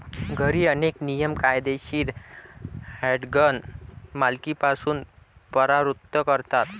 घरी, अनेक नियम कायदेशीर हँडगन मालकीपासून परावृत्त करतात